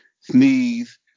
sneeze